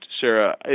Sarah